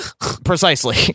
Precisely